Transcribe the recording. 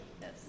Yes